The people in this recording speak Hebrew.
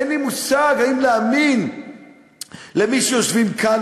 אין לי מושג אם להאמין למי שיושבים כאן,